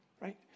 right